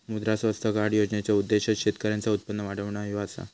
मुद्रा स्वास्थ्य कार्ड योजनेचो उद्देश्य शेतकऱ्यांचा उत्पन्न वाढवणा ह्यो असा